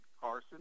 Carson